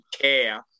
care